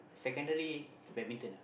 secondary badminton ah